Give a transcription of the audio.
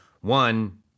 One